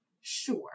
sure